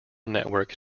network